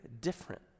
different